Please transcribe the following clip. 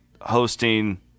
hosting